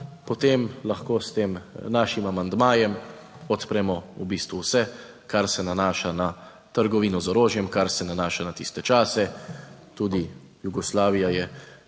Potem lahko s tem našim amandmajem odpremo v bistvu vse kar se nanaša na trgovino z orožjem, kar se nanaša na tiste čase. Tudi Jugoslavija je